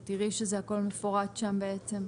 את תראי שזה הכל מפורט שם בעצם.